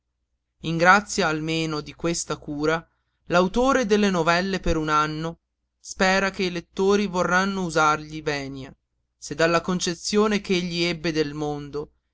grazia almeno di questa cura l'autore delle novelle per un anno spera che i lettori vorranno usargli venia se dalla concezione ch'egli ebbe del mondo